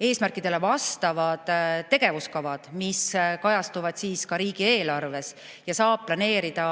eesmärkidele vastavad mõistlikud tegevuskavad, mis kajastuvad ka riigieelarves, ja saab planeerida